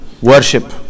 worship